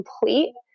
complete